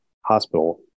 hospital